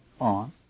on